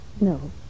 No